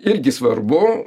irgi svarbu